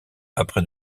après